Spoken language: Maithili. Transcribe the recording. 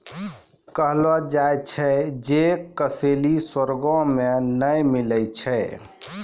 कहलो जाय छै जे कसैली स्वर्गो मे नै मिलै छै